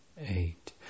eight